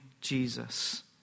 Jesus